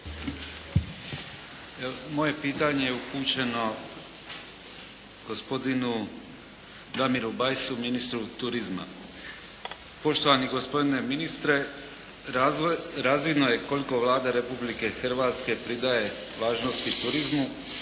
Moje pitanje je upućeno gospodinu Damiru Bajsu ministru turizma. Poštovani gospodine ministre, razvidno je koliko Vlada Republike Hrvatske pridaje važnosti turizmu